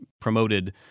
promoted